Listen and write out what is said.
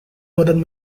ordered